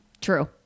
True